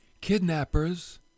kidnappers